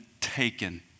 taken